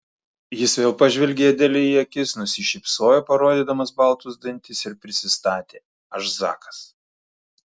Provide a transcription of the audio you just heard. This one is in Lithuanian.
jis vėl pažvelgė adelei į akis nusišypsojo parodydamas baltus dantis ir prisistatė aš zakas